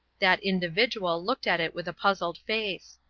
that individual looked at it with a puzzled face.